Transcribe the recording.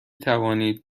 توانید